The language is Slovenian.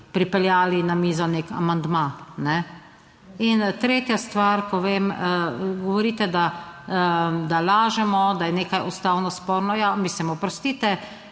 pripeljali na mizo nek amandma. In tretja stvar, ko vem, govorite, da lažemo, da je nekaj ustavno sporno, ja, mislim, oprostite,